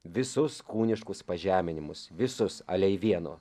visus kūniškus pažeminimus visus alei vieno